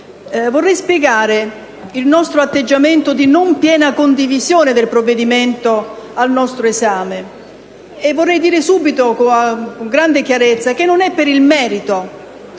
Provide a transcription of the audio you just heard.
vorrei spiegare il nostro atteggiamento di non piena condivisione del provvedimento al nostro esame. Vorrei dire subito con grande chiarezza che non è per il merito,